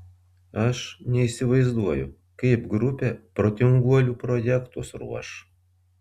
aš neįsivaizduoju kaip grupė protinguolių projektus ruoš